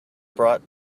brought